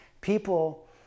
people